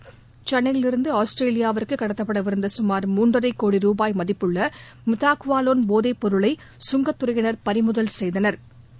ஆட்சியர் சென்னையிலிருந்து ஆஸ்திரேலியாவுக்கு கடத்தப்படவிருந்த சுமார் மூன்றரை கோடி ரூபாய் மதிப்புள்ள மித்தாகுவாலோன் போதைப் பொருளை கங்கத் துறையினா் பறிமுதல் செய்துள்ளனா்